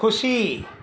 ખુશી